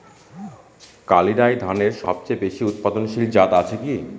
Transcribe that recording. কালিরাই ধানের সবচেয়ে বেশি উৎপাদনশীল জাত আছে কি?